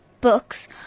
books